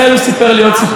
הוא סיפר לי עוד סיפור.